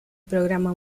programa